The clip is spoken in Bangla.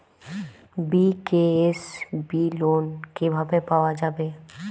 বি.কে.এস.বি লোন কিভাবে পাওয়া যাবে?